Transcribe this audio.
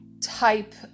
type